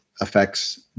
affects